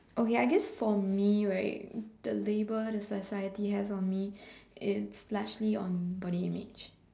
okay I guess for me right the label that the society has on my is largely body image